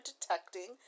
detecting